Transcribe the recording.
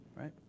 right